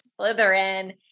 Slytherin